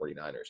49ers